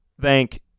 thank